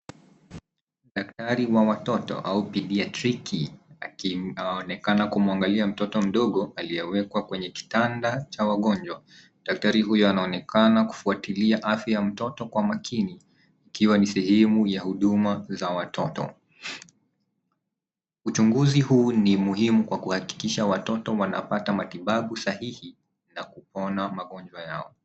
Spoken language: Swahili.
Daktari wa watoto ana pediatriki akionekana kumwagilia mtoto mdogo akiyewekwa kwenye kitanda cha wagonjwa. Daktari huyo anaonekana kufuatilia afya ya mtoto kwa makini kiwa ni sehemu ya huduma ya watoto. Uchunguzi huu ni muhimu kwa kuhakikisha watoto wanapata matibabu sahihi na kupona magonjwa yao.